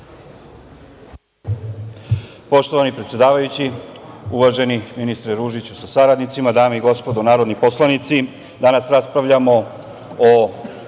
Poštovani predsedavajući, uvaženi ministre Ružiću sa saradnicima, dame i gospodo narodni poslanici, danas raspravljamo o